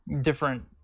different